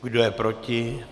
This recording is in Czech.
Kdo je proti?